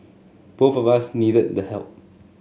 both of us needed the help